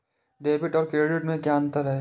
Debit और credit में क्या अंतर है?